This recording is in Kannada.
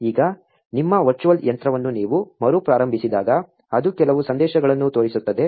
ಈಗ ನಿಮ್ಮ ವರ್ಚುವಲ್ ಯಂತ್ರವನ್ನು ನೀವು ಮರುಪ್ರಾರಂಭಿಸಿದಾಗ ಅದು ಕೆಲವು ಸಂದೇಶಗಳನ್ನು ತೋರಿಸುತ್ತದೆ